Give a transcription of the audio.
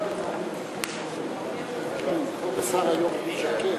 סמכויות לשם שמירה על ביטחון הציבור (תיקון,